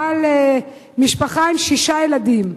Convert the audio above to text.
בעל משפחה עם שישה ילדים,